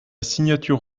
signature